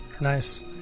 Nice